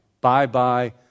Bye-bye